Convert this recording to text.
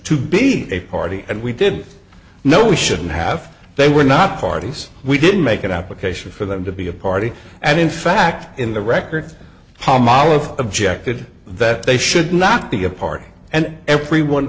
to be a party and we did know we shouldn't have they were not parties we didn't make it out because for them to be a party and in fact in the record palmolive objected that they should not be a party and everyone